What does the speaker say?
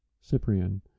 Cyprian